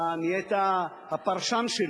אתה נהיית הפרשן שלי.